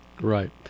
Right